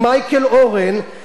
שלפני חודשיים,